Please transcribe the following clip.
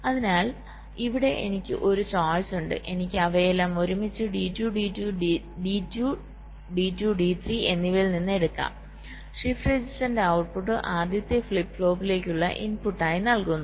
അതിനാൽ ഇവിടെ എനിക്ക് ഒരു ചോയ്സ് ഉണ്ട് എനിക്ക് അവയെല്ലാം ഒരുമിച്ച് D2 D2 D3 എന്നിവയിൽ നിന്ന് എടുക്കാം ഷിഫ്റ്റ് രജിസ്റ്ററിന്റെ ഔട്ട്പുട്ട് ആദ്യത്തെ ഫ്ലിപ്പ് ഫ്ലോപ്പിലേക്കുള്ള ഇൻപുട്ടായി നൽകുന്നു